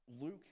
luke